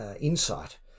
insight